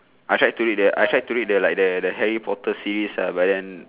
I tried to read the I tried to read the like the the Harry Potter series ah but then